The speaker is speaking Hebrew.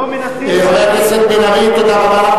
הם לא מנסים, תודה רבה.